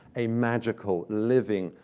a magical living,